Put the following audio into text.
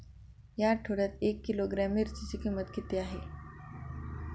या आठवड्यात एक किलोग्रॅम मिरचीची किंमत किती आहे?